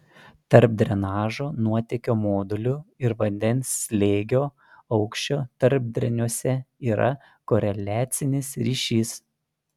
tarp drenažo nuotėkio modulių ir vandens slėgio aukščio tarpdreniuose yra koreliacinis ryšys